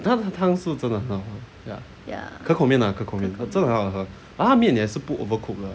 他们的汤是真的很好喝 ya 可口面 ah 可口面真的很好喝 but 他的面也是不 overcook 的